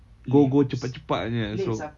go go cepat-cepat punya so